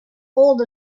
hold